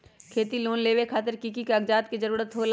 खेती लोन लेबे खातिर की की कागजात के जरूरत होला?